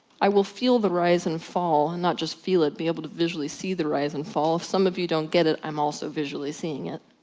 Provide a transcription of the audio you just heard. i will feel the rise and fall, and not just feel it, be able to visually see the rise and fall, if some of you don't get it, i'm also visually seeing it.